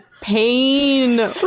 pain